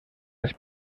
els